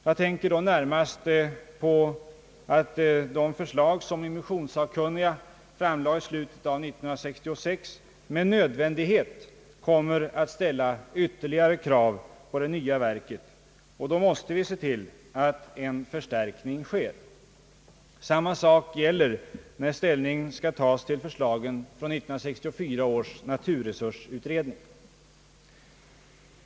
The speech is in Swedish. Jag tänker då närmast på att de förslag som immissionssakkunniga framlade i slutet av 1966 med nödvändighet kommer att ställa ytterligare krav på det nya verket, och då måste vi se till att en förstärkning sker. Samma sak gäller när ställning skall tas till förslagen från 1964 års naturresursutredning.